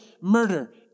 murder